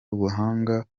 ubuhanga